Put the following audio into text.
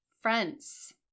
friends